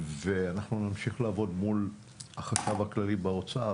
ואנחנו נמשיך לעבוד מול החשב הכללי באוצר,